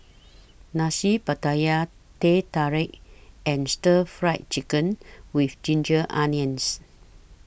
Nasi Pattaya Teh Tarik and Stir Fry Chicken with Ginger Onions